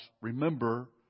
remember